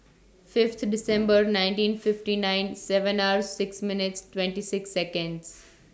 Fifth December nineteen fifty nine seven R six minutes twenty six Seconds